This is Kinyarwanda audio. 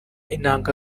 intanga